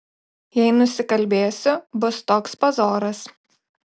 jei nusikalbėsiu bus toks pazoras